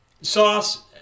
Sauce